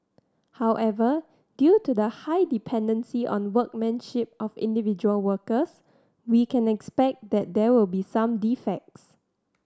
however due to the high dependency on workmanship of individual workers we can expect that there will be some defects